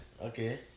Okay